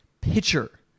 pitcher